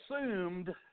assumed